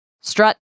Strut